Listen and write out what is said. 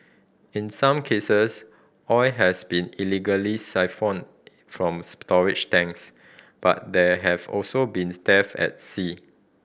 in some cases oil has been illegally siphoned from storage tanks but there have also been theft at sea